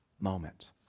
moment